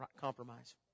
compromise